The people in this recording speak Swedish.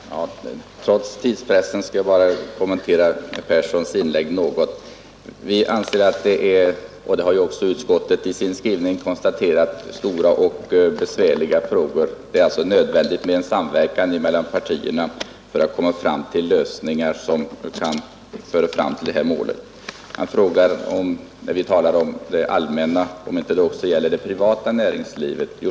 Herr talman! Trots tidspressen skall jag något kommentera inlägget från herr Persson i Stockholm. Vi anser att det här rör sig om stora och besvärliga frågor, och det har också utskottet i sin skrivning konstaterat. Det är nödvändigt med en samverkan mellan partierna för att åstadkomma lösningar som kan leda fram till målet. Herr Persson säger att vi talar om det allmänna och undrar om vi inte avser också det privata näringslivet.